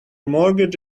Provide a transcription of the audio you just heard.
mortgage